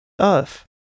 Earth